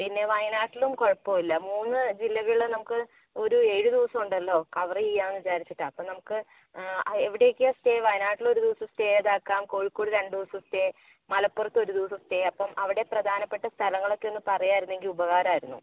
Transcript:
പിന്നെ വയനാട്ടിലും കുഴപ്പമില്ല മൂന്ന് ജില്ലകളും നമുക്ക് ഒരു ഏഴ് ദിവസമുണ്ടല്ലോ കവറ് ചെയ്യാമെന്ന് വിചാരിച്ചിട്ടാണ് അപ്പം നമുക്ക് ആ എവിടെയൊക്കെയാണ് സ്റ്റേ വയനാട്ടിൽ ഒരു ദിവസം സ്റ്റേ അതാക്കാം കോഴിക്കോട് രണ്ട് ദിവസം സ്റ്റേ മലപ്പുറത്ത് ഒരു ദിവസം സ്റ്റേ അപ്പം അവിടെ പ്രധാനപ്പെട്ട സ്ഥലങ്ങളൊക്കെയൊന്ന് പറയുകയായിരുന്നെങ്കിൽ ഉപകാരമായിരുന്നു